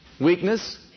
Weakness